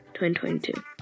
2022